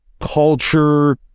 culture